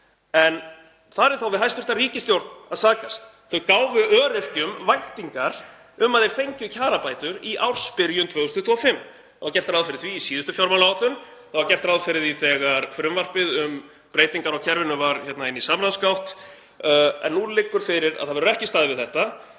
En þar er þá við hæstv. ríkisstjórn að sakast. Þau gáfu öryrkjum væntingar um að þeir fengju kjarabætur í ársbyrjun 2025. Það var gert ráð fyrir því í síðustu fjármálaáætlun, það var gert ráð fyrir því þegar frumvarpið um breytingar á kerfinu var í samráðsgátt en nú liggur fyrir að það verður ekki staðið við þetta.